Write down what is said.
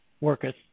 worketh